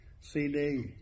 CD